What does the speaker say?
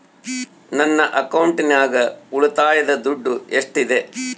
ನನ್ನ ಅಕೌಂಟಿನಾಗ ಉಳಿತಾಯದ ದುಡ್ಡು ಎಷ್ಟಿದೆ?